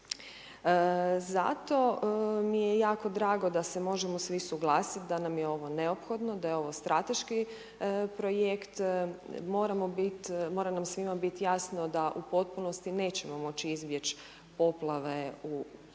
Zato mi je jako drago da se možemo svi suglasiti, da nam je ovo neophodno, da je ovo strateški projekt, mora nam svima biti jasno, da u potpunosti nećemo moći izbjeći poplave u 100%